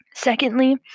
Secondly